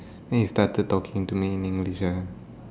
then he started talking to me in English ah